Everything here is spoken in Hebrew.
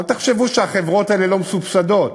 אל תחשבו שהחברות האלה לא מסובסדות.